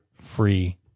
Free